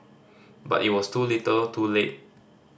but it was too little too late